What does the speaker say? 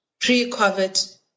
Pre-COVID